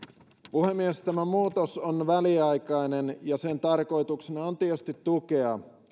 puhemies tämä muutos on väliaikainen ja sen tarkoituksena on tietysti tukea